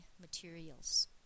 materials